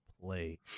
play